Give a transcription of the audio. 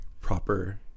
proper